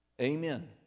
Amen